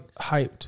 hyped